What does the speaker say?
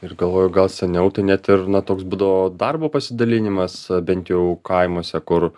ir galvoju gal seniau tai net ir na toks būdavo darbo pasidalinimas bent jau kaimuose kur